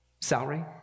salary